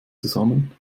zusammen